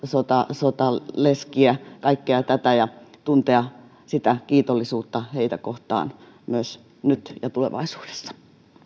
sotaleskiä kaikkea tätä ja tuntea kiitollisuutta myös heitä kohtaan nyt ja tulevaisuudessa